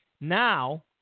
now